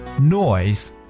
noise